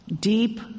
deep